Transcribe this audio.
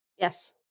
yes